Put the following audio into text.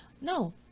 no